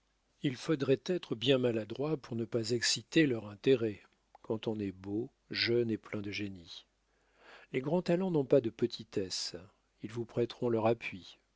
il faudrait être bien maladroit pour ne pas exciter leur intérêt quand on est beau jeune et plein de génie les grands talents n'ont pas de petitesse ils vous prêteront leur appui